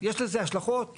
יש לזה השלכות מס,